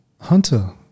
hunter